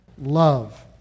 love